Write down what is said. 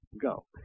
go